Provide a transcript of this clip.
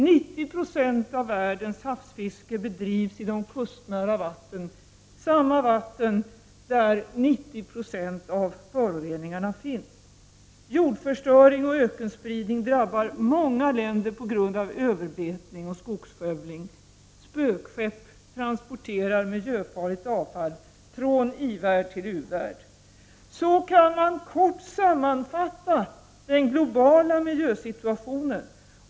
90 90 av världens havsfiske bedrivs i kustnära vatten, samma vatten där 90 96 av föroreningarna finns. Jordförstöring och ökenspridning drabbar många länder på grund av överbetning och skogsskövling. Spökskepp transporterar miljöfarligt avfall från i-värld till u-värld. Så kan man kort sammanfatta den globala miljösituationen.